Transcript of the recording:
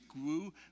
grew